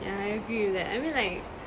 yeah I agree with that I mean like